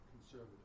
conservative